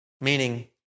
Meaning